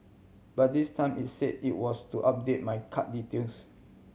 but this time it said it was to update my card details